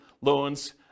loans